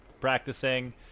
practicing